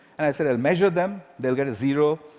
and i said, i'll measure them. they'll get a zero.